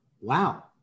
wow